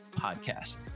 podcast